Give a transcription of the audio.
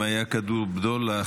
אם היה כדור בדולח,